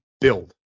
build